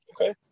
Okay